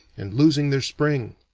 and losing their spring.